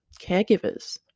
caregivers